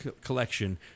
collection